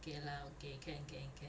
okay lah okay can can can